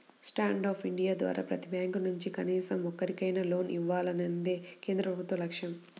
stand up India ద్వారా ప్రతి bank నుంచి కనీసం ఒక్కరికైనా లోన్ ఇవ్వాలన్నదే కేంద్ర ప్రభుత్వ లక్ష్యం